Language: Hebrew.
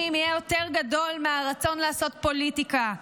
יהיה גדול יותר מהרצון לעשות פוליטיקה,